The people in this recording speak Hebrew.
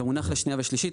ומונח לשנייה ושלישית.